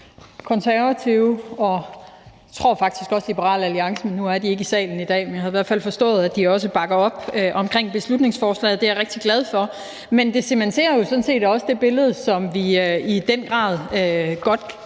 Konservative – jeg tror faktisk også, at Liberal Alliance, nu er de ikke i salen i dag, men sådan har jeg i hvert fald forstået det, bakker op om beslutningsforslaget. Det er jeg rigtig glad for. Men det cementerer jo sådan set også det billede, som vi i den grad kender